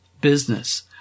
business